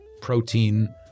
protein